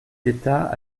d’état